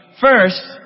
First